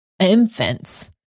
infants